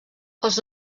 els